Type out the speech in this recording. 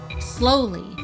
Slowly